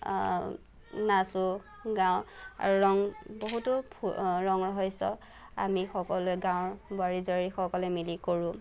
নাচো গাওঁ আৰু ৰং বহুতো ফু ৰং ৰইহচ আমি সকলোৱে গাঁৱৰ বোৱাৰী জীয়াৰী সকলোৱে মিলি কৰোঁ